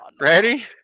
Ready